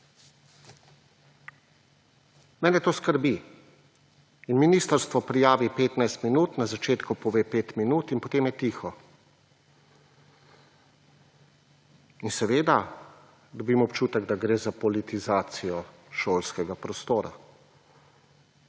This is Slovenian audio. Mene to skrbi in ministrstvo prijavi 15 minut, na začetku pove 5 minut in potem je tiho. In seveda, dobim občutek, da gre za politizacijo šolskega prostora.